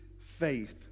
faith